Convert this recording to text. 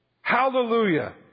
Hallelujah